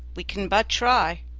we can but try.